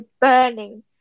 burning